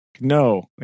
No